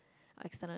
external